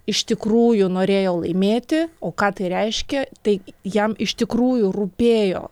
iš tikrųjų norėjo laimėti o ką tai reiškia tai jam iš tikrųjų rūpėjo